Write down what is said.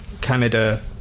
Canada